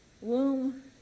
womb